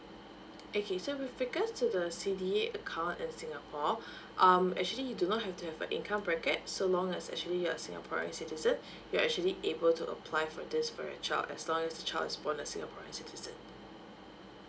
okay so with regards to the C_D_A account in singapore um actually you do not have to have a income bracket so long as actually you're a singaporean citizen you're actually able to apply for this for your child as long as the child is born a singaporean citizen